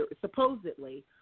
supposedly